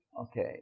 Okay